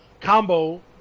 combo